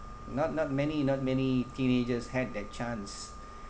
not not many not many teenagers had that chance